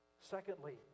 Secondly